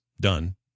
done